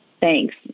Thanks